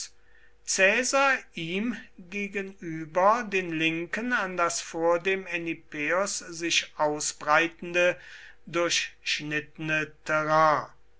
ihm gegenüber den linken an das vor dem enipeus sich ausbreitende durchschnittene terrain